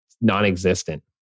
non-existent